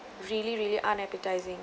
really really unappetizing